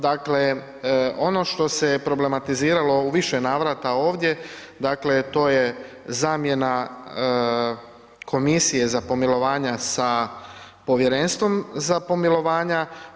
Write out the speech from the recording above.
Dakle, ono što se problematiziralo u više navrata ovdje to je zamjena komisije za pomilovanja sa povjerenstvom za pomilovanja.